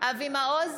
אבי מעוז,